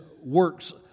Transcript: works